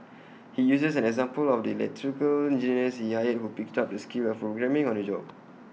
he uses an example of the electrical engineers he hired who picked up the skill of programming on the job